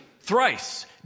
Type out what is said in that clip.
thrice